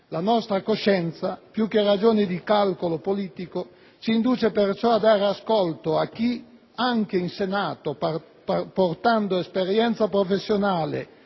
La nostra coscienza, più che ragioni di calcolo politico, ci induce perciò a dare ascolto a chi, anche in Senato, portando esperienza professionale